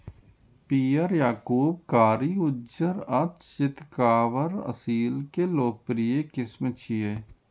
पीयर, याकूब, कारी, उज्जर आ चितकाबर असील के लोकप्रिय किस्म छियै